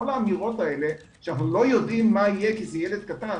כל האמירות האלה שאנחנו לא יודעים מה יהיה כי זה ילד קטן,